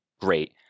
great